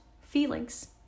feelings